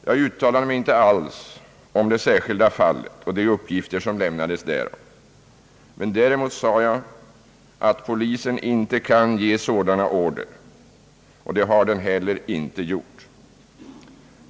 Jag uttalade mig inte alls om det särskilda fallet och de upp gifter som då lämnades därom. Däremot sade jag att polisen inte kan ge sådana order, och det har den heller inte gjort.